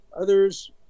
Others